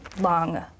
long